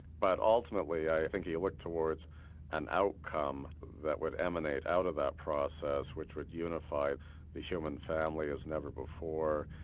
but ultimately i think he looked towards an outcome that would emanate out of that process which would unify the human family as never before.